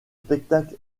spectacles